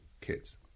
kids